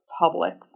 public